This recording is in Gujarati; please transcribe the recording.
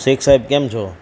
શેખ સાહેબ કેમ છો